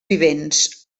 vivents